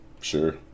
Sure